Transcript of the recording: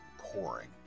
pouring